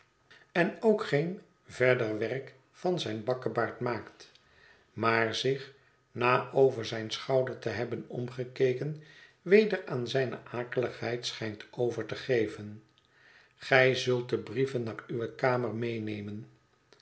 en ook geen verder werk van zijn bakkebaard maakt maar zich na over zijn schouder te hebben omgekeken weder aan zijne akeligheid schijnt over te geven gij zult de brieven naar uwe kamer meenemen